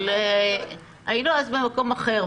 אבל היינו אז במקום אחר.